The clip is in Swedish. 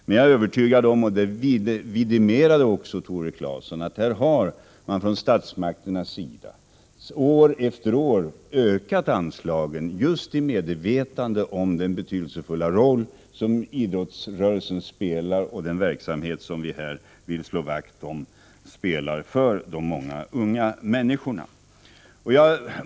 Men jag är övertygad om att, och det vidimerade också Tore Claeson, man här har från statsmakternas sida år efter år ökat anslagen just i medvetande om den betydelsefulla roll som idrottsrörelsen och den verksamhet vi här vill slå vakt om spelar för de många unga människorna.